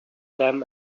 them